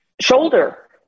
shoulder